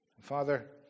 Father